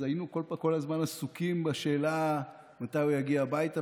היינו כל הזמן עסוקים בשאלה מתי הוא יגיע הביתה.